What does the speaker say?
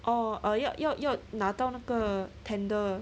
orh err 要要要拿到那个 tender